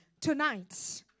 Tonight